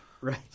Right